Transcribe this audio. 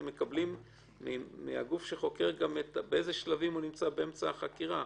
אתם מקבלים מהגוף שחוקר גם באיזה שלבים הוא נמצא באמצע החקירה?